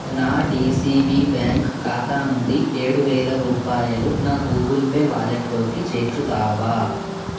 నా DCB bank ఖాతా నుండి ఏడు వేల రూపాయలు నా గూగుల్ పే వాలెట్లోకి చేర్చుతావా